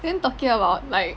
then talking about like